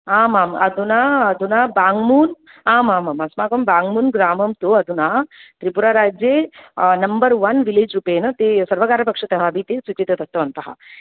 आमाम् अधुना अधुना बाङ्ग्मून् आमाम् अस्माकं बाङ्ग्मून् ग्रामं तु अधुना त्रिपुरा राज्ये नम्बर् वन् विलेज् रूपेण ते सर्वकारपक्षतः अपि सूचयित्वा दत्तवन्तः